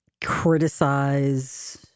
criticize